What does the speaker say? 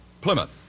Plymouth